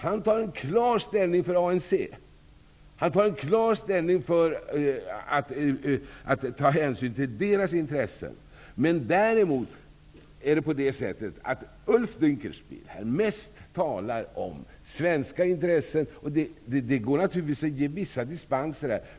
Han tar klart ställning för ANC och visar hänsyn till dess intressen. Däremot talar Ulf Dinkelspiel mest om svenska intressen. Det går naturligtvis att ge vissa dispenser.